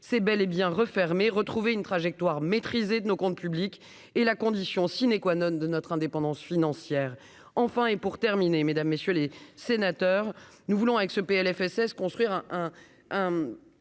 c'est bel et bien refermée, retrouver une trajectoire maîtriser de nos comptes publics et la condition sine qua non de notre indépendance financière enfin et pour terminer, mesdames, messieurs les sénateurs, nous voulons avec ce Plfss construire un